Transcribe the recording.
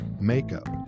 makeup